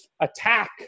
attack